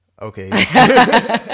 Okay